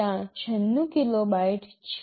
ત્યાં 96 કિલોબાઇટ છે